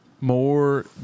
more